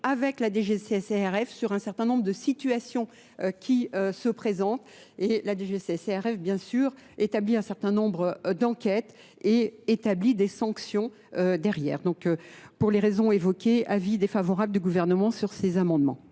avec la DGCSERF sur un certain nombre de situations qui se présentent. Et la DGCSERF, bien sûr, établit un certain nombre d'enquêtes et établit des sanctions derrière. Donc, pour les raisons évoquées, avis défavorables du gouvernement sur ces amendements.